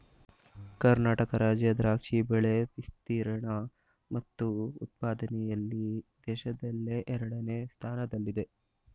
ಕರ್ನಾಟಕ ರಾಜ್ಯ ದ್ರಾಕ್ಷಿ ಬೆಳೆ ವಿಸ್ತೀರ್ಣ ಮತ್ತು ಉತ್ಪಾದನೆಯಲ್ಲಿ ದೇಶದಲ್ಲೇ ಎರಡನೇ ಸ್ಥಾನದಲ್ಲಿದೆ